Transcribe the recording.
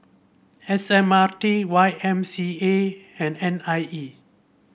S M R T Y M C A and N I E